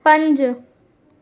पंज